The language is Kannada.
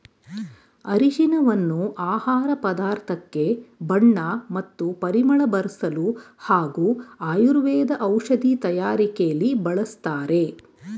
ಅರಿಶಿನವನ್ನು ಆಹಾರ ಪದಾರ್ಥಕ್ಕೆ ಬಣ್ಣ ಮತ್ತು ಪರಿಮಳ ಬರ್ಸಲು ಹಾಗೂ ಆಯುರ್ವೇದ ಔಷಧಿ ತಯಾರಕೆಲಿ ಬಳಸ್ತಾರೆ